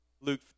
Luke